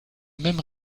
même